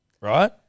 right